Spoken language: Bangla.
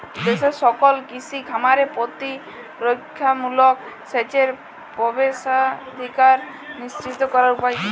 দেশের সকল কৃষি খামারে প্রতিরক্ষামূলক সেচের প্রবেশাধিকার নিশ্চিত করার উপায় কি?